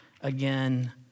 again